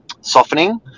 softening